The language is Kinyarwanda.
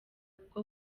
kuko